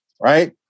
right